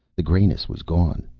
the grayness was gone.